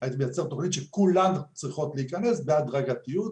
שכולן צריכות להיכנס אליו בהדרגתיות.